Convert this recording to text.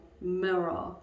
mirror